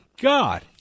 God